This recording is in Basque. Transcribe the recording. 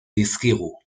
dizkigu